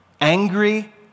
angry